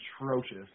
atrocious